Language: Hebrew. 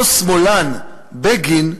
אותו שמאלן, בגין,